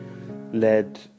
led